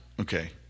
Okay